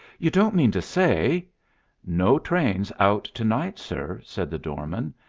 you don't mean to say no trains out to-night, sir, said the doorman.